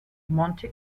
monte